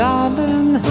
Darling